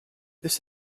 this